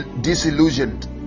disillusioned